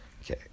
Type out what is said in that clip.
Okay